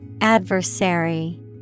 Adversary